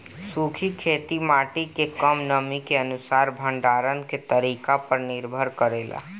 सूखी खेती माटी के कम नमी के अनुसार भंडारण के तरीका पर निर्भर करेला